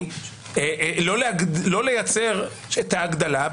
לא לייצר את ההגדלה,